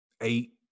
Eight